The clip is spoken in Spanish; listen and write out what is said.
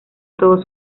todos